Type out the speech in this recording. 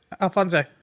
Alfonso